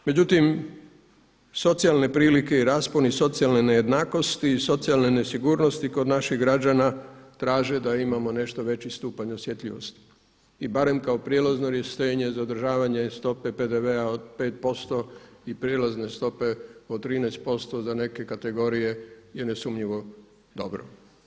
Međutim, socijalne prilike i rasponi socijalne nejednakosti, socijalne nesigurnosti, socijalne nesigurnosti kod naših građana traže da imamo nešto veći stupanj osjetljivosti i barem kao prijelazno rješenje zadržavanje stope PDV-a od 5% i prijelazne stope od 13% za neke kategorije je nesumnjivo dobro.